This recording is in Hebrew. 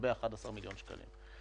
לגבי 11 מיליון שקלים.